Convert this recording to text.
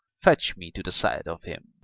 fetch me to the sight of him.